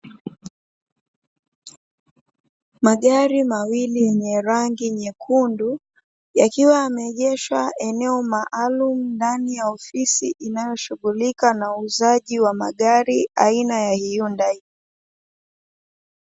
Magari mawili yenye rangi nyekundu, yakiwa yameegeshwa eneo maalumu ndani ya ofisi, inayoshighulika na uuzaji wa magari aina ya "Hyundai".